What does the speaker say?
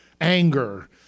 anger